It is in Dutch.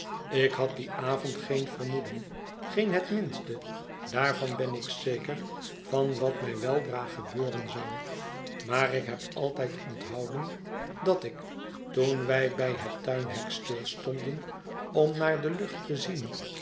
ik had dien avond geen vermoeden geen het minste daarvan hen ik zeker van wat mij weldra gebeuren zou maar ik heb altijd onthouden dat ik toen wij hij het tuinhek stilstonden om naar de lucht te zien